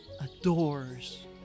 adores